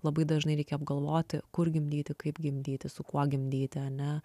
labai dažnai reikia apgalvoti kur gimdyti kaip gimdyti su kuo gimdyti ane